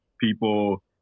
people